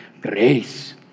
grace